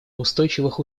устойчивых